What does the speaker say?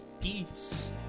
Peace